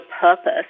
purpose